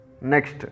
next